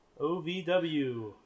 OVW